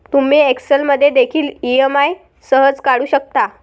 तुम्ही एक्सेल मध्ये देखील ई.एम.आई सहज काढू शकता